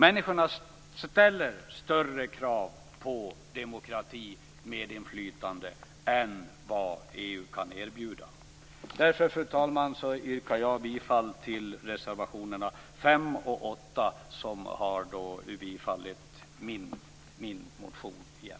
Människorna ställer större krav på demokrati och medinflytande än vad EU kan erbjuda. Därför, fru talman, yrkar jag bifall till reservationerna 5 och 8, där min motion i ämnet bifalls.